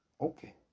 okay